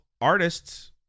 artists